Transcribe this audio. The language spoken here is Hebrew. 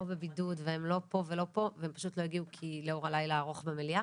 או בבידוד והם לא פה ולא פה ופשוט לא הגיעו לאור הלילה הארוך במליאה